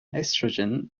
estrogen